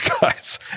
guys